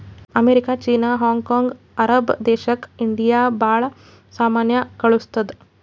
America, China, Hong Kong, ಅರಬ್ ದೇಶಕ್ India ಭಾಳ ಸಾಮಾನ್ ಕಳ್ಸುತ್ತುದ್